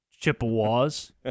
Chippewas